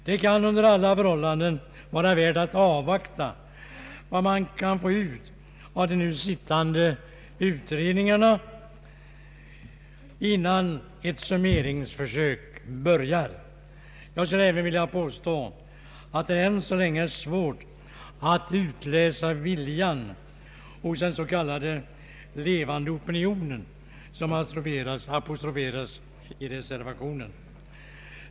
Det kan under alla förhållanden vara värt att avvakta vad man kan få ut av de nu sittande utredningarna innan ett summeringsförsök börjar. Jag vill också påstå att det än så länge är svårt att utläsa viljan hos den s.k. ”levande opinion” som apostroferas i reservationen.